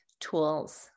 tools